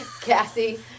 Cassie